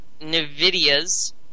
NVIDIA's